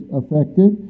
affected